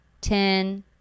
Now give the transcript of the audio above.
ten